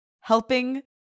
helping